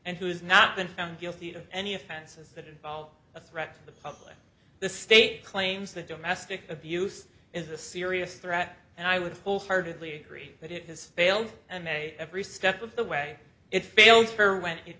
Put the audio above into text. and who's not been found guilty of any offenses that involve a threat to the public the state claims that domestic abuse is a serious threat and i would full heartedly agree that it has failed and may every step of the way it failed for w